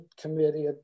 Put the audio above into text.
committee